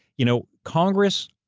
you know, congress,